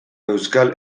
euskal